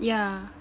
yeah